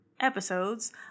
episodes